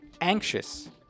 anxious